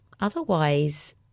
otherwise